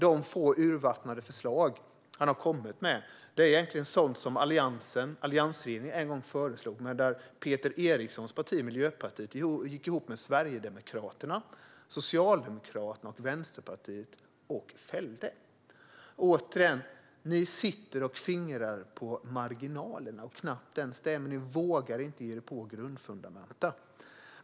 De få urvattnade förslag han har kommit med är egentligen sådant som alliansregeringen en gång föreslog men som Peter Erikssons parti, Miljöpartiet, fällde genom att gå ihop med Sverigedemokraterna, Socialdemokraterna och Vänsterpartiet. Återigen: Ni sitter och fingrar på marginalerna och knappt det ens, men ni vågar inte ge er på grundfundamenten.